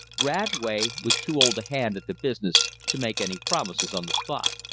radway was too old a hand at the business to make any promises on the spot.